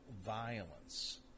violence